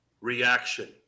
reaction